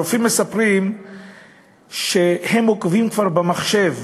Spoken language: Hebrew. הרופאים מספרים שהם עוקבים במחשב